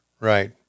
right